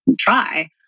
try